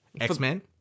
X-Men